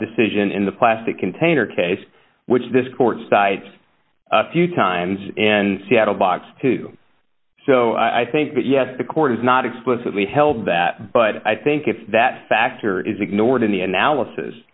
decision in the plastic container case which this court sides a few times and seattle box two so i think that yes the court is not explicitly held that but i think if that factor is ignored in the analysis